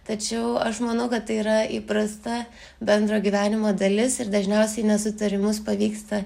tačiau aš manau kad tai yra įprasta bendro gyvenimo dalis ir dažniausiai nesutarimus pavyksta